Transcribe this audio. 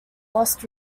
lost